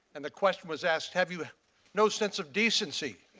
and the question was asked, have you no sense of decency?